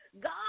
God